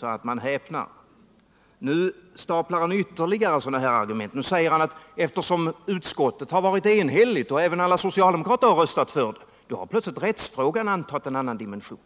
att man häpnar. Han staplar ytterligare argument av samma karaktär. Nu säger han att eftersom utskottet varit enigt och även alla socialdemokrater röstat för detta så har plötsligt rättsfrågan antagit en annan dimension.